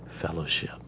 Fellowship